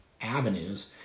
avenues